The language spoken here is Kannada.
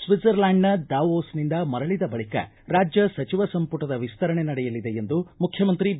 ಸ್ವಿಟ್ಟರ್ಲ್ಯಾಂಡ್ನ ದಾವೋಸ್ನಿಂದ ಮರಳದ ಬಳಿಕ ರಾಜ್ಯ ಸಚಿವ ಸಂಪುಟದ ವಿಸ್ತರಣೆ ನಡೆಯಲಿದೆ ಎಂದು ಮುಖ್ಯಮಂತ್ರಿ ಬಿ